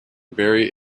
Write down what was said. very